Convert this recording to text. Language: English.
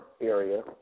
area